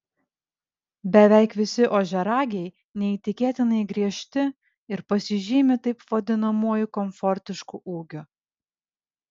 beveik visi ožiaragiai neįtikėtinai griežti ir pasižymi taip vadinamuoju komfortišku ūgiu